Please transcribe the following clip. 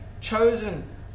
chosen